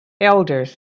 elders